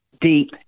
deep